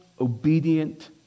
obedient